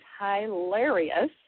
hilarious